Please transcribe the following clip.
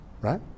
Right